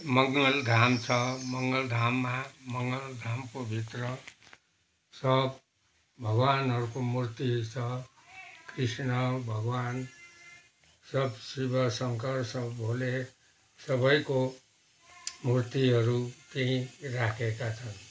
मङ्गल धाम छ मङ्गल धाममा मङ्गल धामको भित्र सब भगवान्हरूको मूर्ति छ कृष्ण भगवान् सब शिव शङ्कर सब भोले सबैको मूर्तिहरू त्यहीँ राखेका छन्